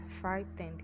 frightened